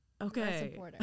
Okay